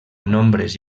nombres